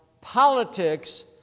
politics